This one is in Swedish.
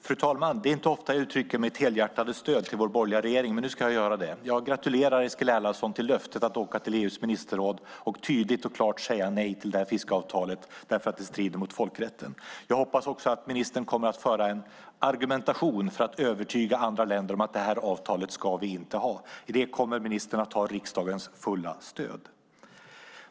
Fru talman! Det är inte ofta som jag uttrycker mitt helhjärtade stöd till vår borgerliga regering, men nu ska jag göra det. Jag gratulerar Eskil Erlandsson till löftet att åka till EU:s ministerråd och tydligt och klart säga nej till det här fiskeavtalet därför att det strider mot folkrätten. Jag hoppas att ministern också kommer att föra en argumentation för att övertyga andra länder om att det här avtalet ska vi inte ha. I det kommer ministern att ha riksdagens fulla stöd.